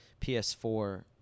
PS4